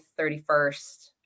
31st